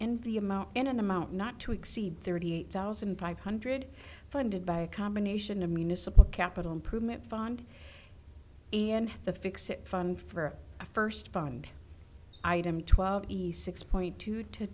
and the amount in an amount not to exceed thirty eight thousand five hundred funded by a combination of municipal capital improvement found in the fix it fun for a first found item twelve east six point two to